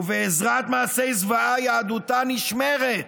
ובעזרת מעשי זוועה יהדותה נשמרת.